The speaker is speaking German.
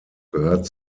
gehört